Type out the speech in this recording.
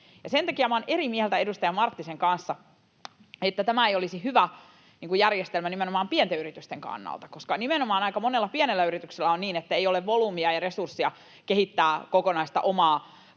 Sen takia olen eri mieltä edustaja Marttisen kanssa, että tämä ei olisi hyvä järjestelmä nimenomaan pienten yritysten kannalta, koska nimenomaan aika monella pienellä yrityksellä on niin, että ei ole volyymia ja resurssia kehittää yrityksen